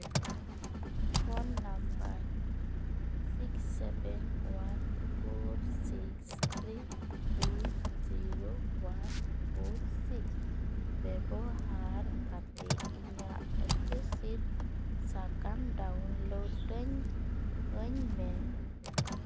phone number six seven one four six three two zero one four six ᱵᱮᱵᱚᱦᱟᱨ ᱠᱟᱛᱮᱫ ᱤᱧᱟᱹᱜ ᱮᱠᱤᱥᱤᱥ ᱥᱤᱫᱽ ᱥᱟᱠᱟᱢ ᱰᱟᱣᱩᱱᱞᱳᱰᱟᱹᱧ ᱟᱹᱧ ᱢᱮ